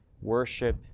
worship